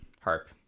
harp